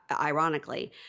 ironically